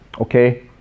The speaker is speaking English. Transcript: Okay